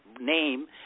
Name